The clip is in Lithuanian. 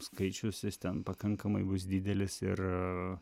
skaičius jis ten pakankamai bus didelis ir